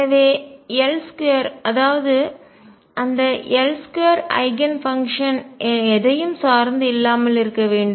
எனவே L2 அதாவது அந்த L2 ஐகன் ஃபங்க்ஷன் எதையும் சார்ந்து இல்லாமல் இருக்க வேண்டும்